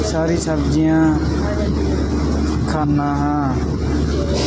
ਸਾਰੀਆਂ ਸਬਜ਼ੀਆਂ ਖਾਂਦਾ ਹਾਂ